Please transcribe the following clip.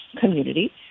community